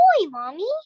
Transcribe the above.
Mommy